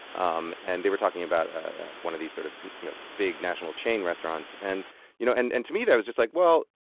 um and they were talking about one of these sort of you know big, national, chain restaurants. and you know and and to me that was just like, well,